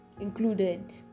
included